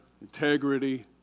integrity